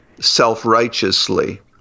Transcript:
self-righteously